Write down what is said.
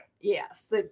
Yes